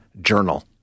journal